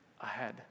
ahead